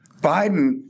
Biden